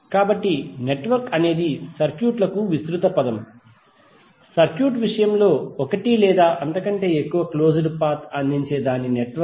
కాబట్టి నెట్వర్క్ అనేది సర్క్యూట్లకు విస్తృత పదం సర్క్యూట్ విషయంలో ఒకటి లేదా అంతకంటే ఎక్కువ క్లోజ్డ్ పాత్ అందించే దాని నెట్వర్క్